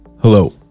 Hello